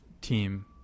team